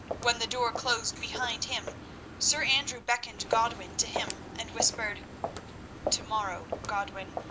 when the door closed behind him sir andrew beckoned godwin to him, and whispered to-morrow, godwin,